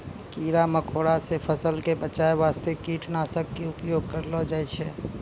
कीड़ा मकोड़ा सॅ फसल क बचाय वास्तॅ कीटनाशक के उपयोग करलो जाय छै